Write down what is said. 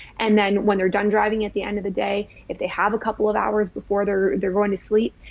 and then when they're done driving at the end of the day, if they have a couple of hours before they're they're going to sleep,